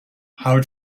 how